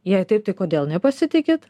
jei taip tai kodėl nepasitikit